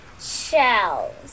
shells